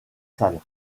salles